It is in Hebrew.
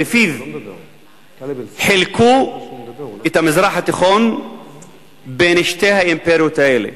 שלפיו חילקו את המזרח התיכון בין שתי האימפריות האלה.